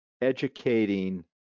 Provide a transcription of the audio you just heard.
educating